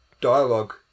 dialogue